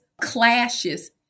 clashes